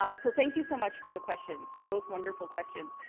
um so, thank you so much for the questions. they're both wonderful questions.